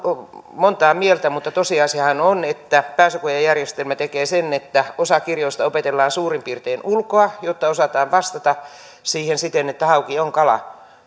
monta mieltä mutta tosiasiahan on että pääsykoejärjestelmä tekee sen että osa kirjoista opetellaan suurin piirtein ulkoa jotta osataan vastata siten että hauki on kala